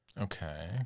Okay